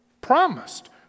promised